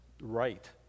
right